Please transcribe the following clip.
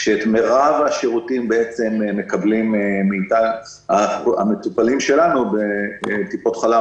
כאשר את מרב השירותים מקבלים המטופלים שלנו בטיפות חלב,